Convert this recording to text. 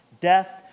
death